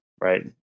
right